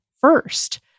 first